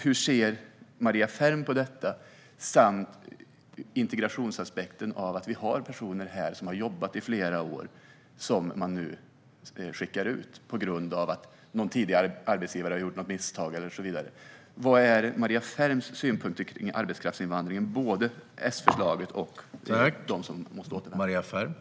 Hur ser Maria Ferm på detta samt på integrationsaspekten av att man nu skickar ut personer som har jobbat här i flera år på grund av att någon tidigare arbetsgivare har gjort något misstag? Vad är Maria Ferms synpunkter på arbetskraftsinvandringen, både s-förslaget och vad gäller dem som måste återvända?